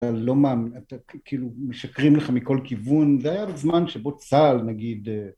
לא מאמין, אתה כאילו, משקרים לך מכל כיוון, זה היה זמן שבו צה"ל נגיד...